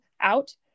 out